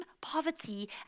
poverty